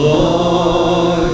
Lord